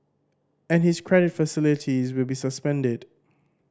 and his credit facilities will be suspended